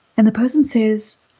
and the person says,